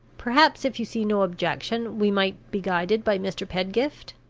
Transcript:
perhaps, if you see no objection, we might be guided by mr. pedgift?